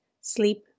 sleep